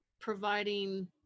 providing